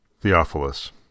Theophilus